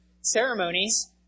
ceremonies